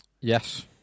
yes